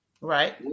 Right